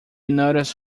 noticed